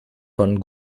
von